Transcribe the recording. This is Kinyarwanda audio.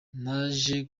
naje